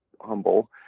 humble